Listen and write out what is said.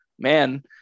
Man